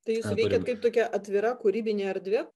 tai jūs veikiat kaip tokia atvira kūrybinė erdvė